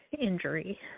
injury